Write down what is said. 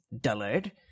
dullard